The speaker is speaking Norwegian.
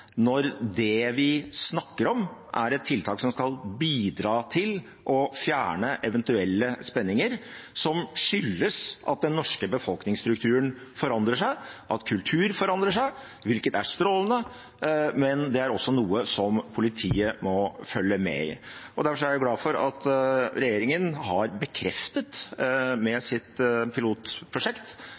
når det vi snakker om, er et tiltak som skal bidra til å fjerne eventuelle spenninger som skyldes at den norske befolkningsstrukturen forandrer seg, at kultur forandrer seg, hvilket er strålende, men det er også noe som politiet må følge med på. Derfor er jeg glad for at regjeringen har bekreftet med sitt pilotprosjekt